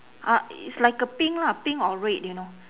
ah it's like a pink lah pink or red you know